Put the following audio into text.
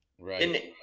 Right